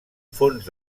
fons